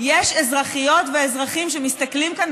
יש אזרחיות ואזרחים שמסתכלים לכאן,